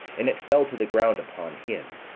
and it fell to the ground upon him,